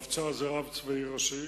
הרב הצבאי הראשי,